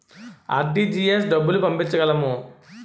RTGS డబ్బులు పంపించగలము?